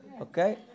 okay